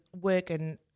working